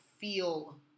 feel